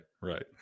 right